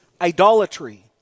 idolatry